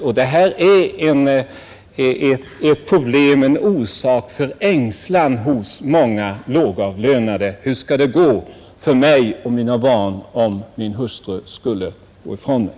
Och det är ett problem och en orsak till ängslan hos många lågavlönade. De frågar sig: Hur skall det gå för mig och mina barn, om min hustru skulle gå bort?